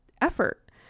effort